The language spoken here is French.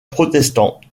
protestants